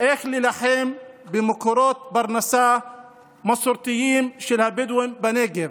להילחם במקורות פרנסה מסורתיים של הבדואים בנגב.